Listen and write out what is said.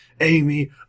Amy